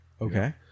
Okay